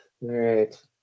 right